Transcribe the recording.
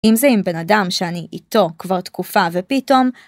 אם זה עם בן אדם שאני איתו כבר תקופה ופתאום